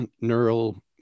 neural